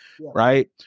Right